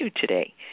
today